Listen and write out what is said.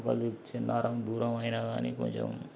వాళ్ళది జిన్నారం దూరమైన గానీ కొంచెం